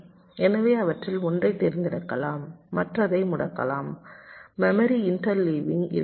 எனவே அவற்றில் ஒன்றைத் தேர்ந்தெடுக்கலாம் மற்றதை முடக்கலாம் மெமரி இன்டர்லீவிங் இருக்கலாம்